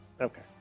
Okay